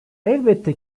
elbette